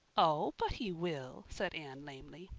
oh, but he will, said anne lamely.